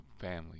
family